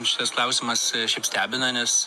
šitas klausimas šiaip stebina nes